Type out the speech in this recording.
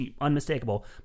unmistakable